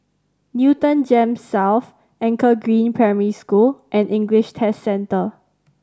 Newton GEMS South Anchor Green Primary School and English Test Centre